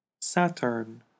Saturn